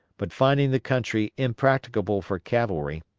but finding the country impracticable for cavalry,